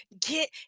get